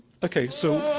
okay. so